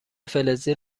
فلزی